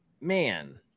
man